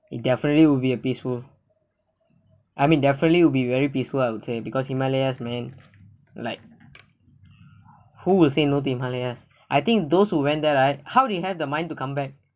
it definitely will be a peaceful I mean definitely will be very peaceful I would say because himalayas man like who will say no to himalayas I think those who went there right how do they have the mind to come back